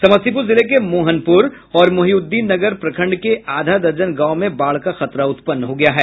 समस्तीपुर जिले के मोहनपुर और मोहिउद्दीन नगर प्रखंड के आधा दर्जन गांवों में बाढ़ का खतरा उत्पन्न हो गया है